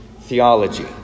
theology